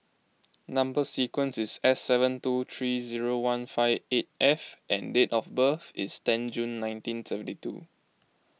Number Sequence is S seven two three zero one five eight F and date of birth is ten June nineteen seventy two